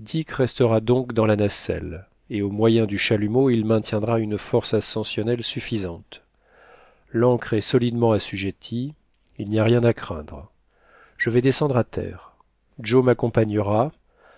dick restera donc dans la nacelle et au moyen du chalumeau il main tiendra une force ascensionnelle suffisante l'ancre est solidement assujettie il n'y a rien à craindre je vais descendre à terre joe m'accompagnera